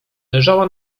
leżała